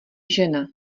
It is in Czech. žena